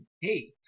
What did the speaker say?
Hey